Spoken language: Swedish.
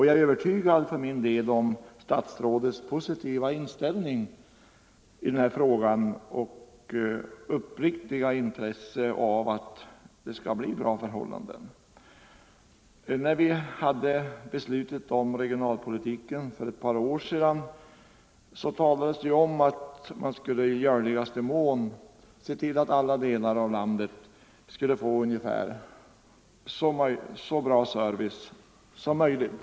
Jag är också övertygad om statsrådets positiva inställning i den här frågan och om hans uppriktiga intresse av att det skall bli bra förhållanden. Nr 122 När vi beslutade om regionalpolitiken för ett par år sedan talades det Torsdagen den om att man i görligaste mån skulle se till att alla delar av landet fick 14 november 1974 så bra service som möjligt.